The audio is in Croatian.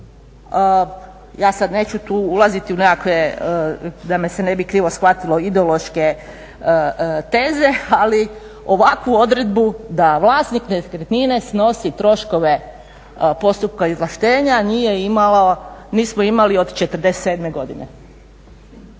Ja sad neću tu ulaziti u nekakve, da me se ne bi krivo shvatilo ideološke teze. Ali ovakvu odredbu da vlasnik nekretnine snosi troškove postupka izvlaštenja nismo imali od '47. godine.